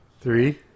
Three